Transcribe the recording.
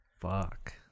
Fuck